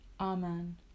amen